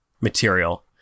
material